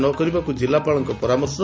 ନ କରିବାକୁ ଜିଲ୍ଲାପାଳଙ୍କ ପରାମର୍ଶ